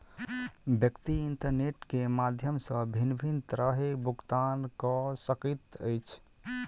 व्यक्ति इंटरनेट के माध्यम सॅ भिन्न भिन्न तरहेँ भुगतान कअ सकैत अछि